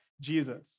Jesus